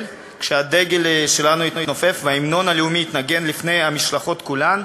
כשהדגל שלנו יתנופף וההמנון הלאומי יתנגן לפני המשלחות כולן,